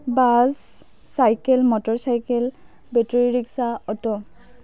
bus cycle motorcycle battery rickshaw auto